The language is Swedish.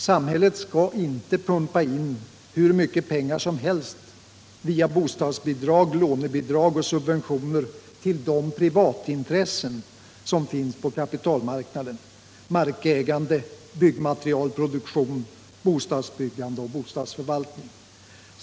Samhället skall inte pumpa in hur mycket pengar som helst via bostadsbidrag, lånebidrag och subventioner till de privatintressen som finns på kapitalmarknaden: markägande, byggmaterialproduktion, bostadsbyggande och bostadsförvaltning.